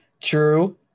true